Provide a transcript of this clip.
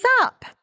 up